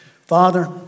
father